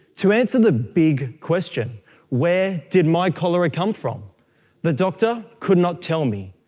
to answer the big question where did my cholera come from the doctor could not tell me,